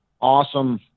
awesome